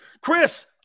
Chris